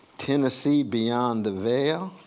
tennessee beyond the veil?